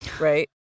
right